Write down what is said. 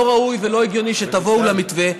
לא ראוי ולא הגיוני שתבואו למתווה,